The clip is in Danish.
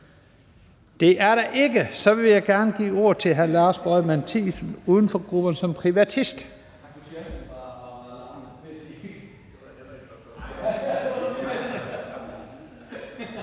Det er der ikke, og så vil jeg gerne give ordet til hr. Lars Boje Mathiesen, uden for grupperne, som privatist.